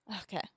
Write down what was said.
Okay